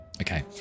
okay